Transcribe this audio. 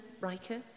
Riker